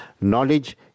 Knowledge